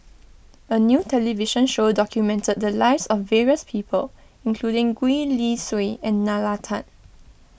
a new television show documented the lives of various people including Gwee Li Sui and Nalla Tan